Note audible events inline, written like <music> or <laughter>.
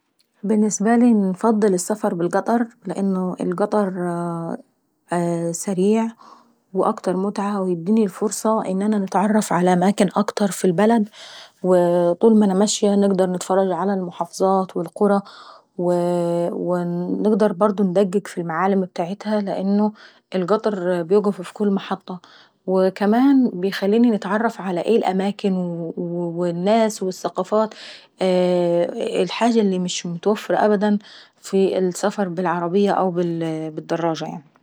بالنسبة لي انفضل السفر بالقطر لان القطر سريع واكتر متعة ويديني الفرصة اني نتعرف ع أماكن اكتر ف البلد، <hesitation> طول مانا ماشية نقدر نتفرج ع المحافظات والقرى ونقدر برضه اندقق في المعالم ابتاعتها لان القطر بيوقف في كل محطة. وكمان بيخليني نتعرف ع ايه الأماكن والناس والثقافات، ودي الحاجة اللي مش متوفرة ابدا في السفر بالعربية او بالدراجة يعناي.